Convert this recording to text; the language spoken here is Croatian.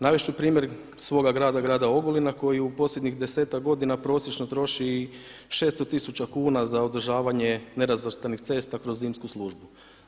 Navesti ću primjer svoga grada, grada Ogulina koji u posljednjih 10-ak godina prosječno troši i 600 tisuća kuna za održavanje nerazvrstanih cesta kroz zimsku službu.